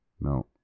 No